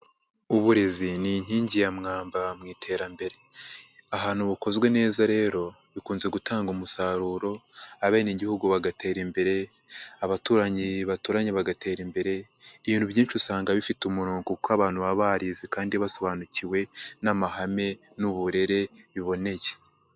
Uburezi ni inkingi ya mwamba mu iterambere, ahantu bukozwe neza rero bikunze gutanga umusaruro, abenegihugu bagatera imbere, abaturanyi baturanye bagatera imbere. Ibintu byinshi usanga bifite umuro kuko abantu baba barize, kandi basobanukiwe n'amahame n'uburere biboneye.